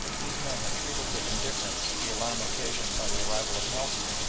these men had treated with indifference the alarm occasioned by the arrival of nelson,